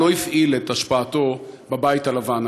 לא הפעיל את השפעתו בבית הלבן.